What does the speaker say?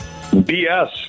BS